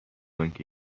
آنکه